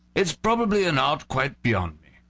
it's probably an art quite beyond me.